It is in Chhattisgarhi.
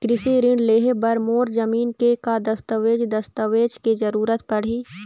कृषि ऋण लेहे बर मोर जमीन के का दस्तावेज दस्तावेज के जरूरत पड़ही?